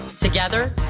Together